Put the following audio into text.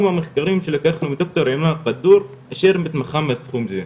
במחקרים שלקחנו מד"ר עימד פדור אשר מתמחה בתחום זה,